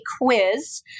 quiz